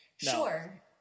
Sure